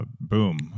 boom